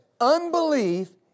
Unbelief